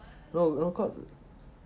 where where got